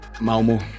Malmo